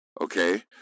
Okay